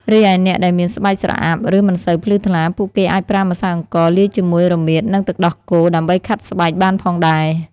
រីឯអ្នកដែលមានស្បែកស្រអាប់ ឬមិនសូវភ្លឺថ្លា ពួកគេអាចប្រើម្សៅអង្ករលាយជាមួយរមៀត និង ទឹកដោះគោ ដើម្បីខាត់ស្បែកបានផងដេរ។